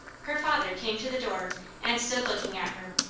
her father came to the door and stood looking at her.